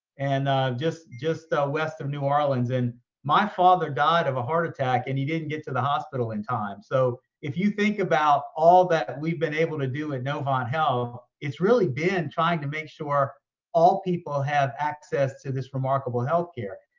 and just just west of new orleans and my father died of a heart attack and he didn't get to the hospital in time. so if you think about all that we've been able to do at novant health, it's really been trying to make sure all people have access to this remarkable healthcare.